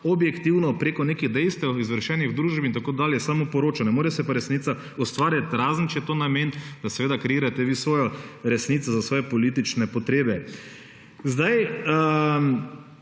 objektivno preko nekih dejstev izvršenih v družbi in tako dalje samo poroča, ne more se pa resnica ustvarjati, razen če je to namen, da seveda kreirate vi svojo resnico za svoje politične potrebe. Zdaj,